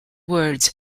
words